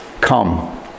come